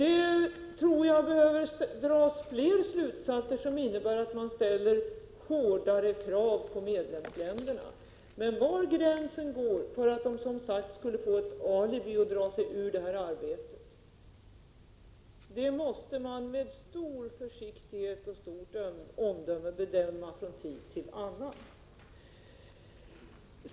Jag tror det behöver dras fler slutsatser som innebär att man ställer hårdare krav på medlemsländerna, men var gränserna går för att de skulle få ett alibi att dra sig ur detta arbete måste man med stor försiktighet och gott omdöme bedöma från tid till annan.